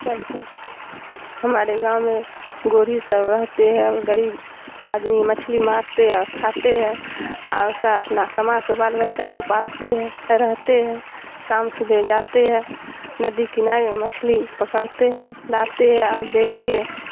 ہمارے گاؤں میں گوری سب رہتے ہیں غریب آدمی مچھلی مارتے اور کھاتے ہیں اور سا اپنا کما کے بال بچہ کو پالتے ہیں رہتے ہیں شام صبح جاتے ہے ندی کنارے مچھلی پکڑتے ہیں لاتے ہیں اور بیچ کے